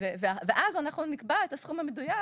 יחזור ואז אנחנו נקבע את הסכום המדויק